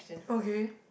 okay